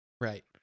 Right